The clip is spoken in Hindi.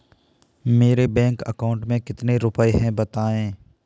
मेरे बैंक अकाउंट में कितने रुपए हैं बताएँ?